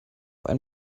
ein